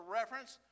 reference